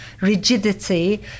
rigidity